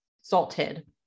salted